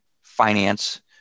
finance